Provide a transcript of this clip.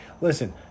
Listen